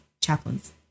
chaplains